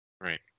Right